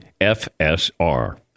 FSR